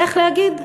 איך להגיד?